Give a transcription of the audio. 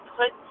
put